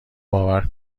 باور